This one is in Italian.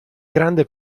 grande